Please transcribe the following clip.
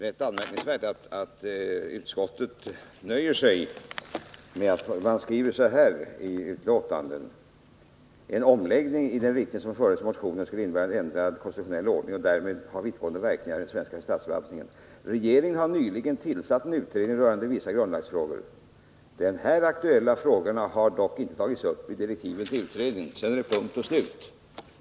Herr talman! Jag vill helt kortfattat säga att det är rätt anmärkningsvärt att utskottet nöjer sig med att konstatera: ”En omläggning i den riktning som förordas i motionen skulle innebära en ändrad konstitutionell ordning och därmed ha vittgående verkningar i den svenska statsförvaltningen. Regeringen har nyligen tillsatt en utredning rörande vissa grundlagsfrågor. De här aktuella frågorna har dock inte tagits upp i direktiven till utredningen.” Sedan är det punkt och slut.